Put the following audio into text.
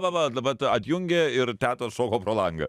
va va dabar tą atjungė ir tetos šoko pro langą